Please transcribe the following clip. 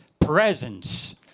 presence